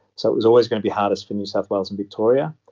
so it was always going to be hardest for new south wales and victoria.